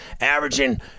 averaging